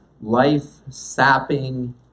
life-sapping